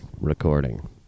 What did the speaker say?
Recording